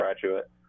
graduate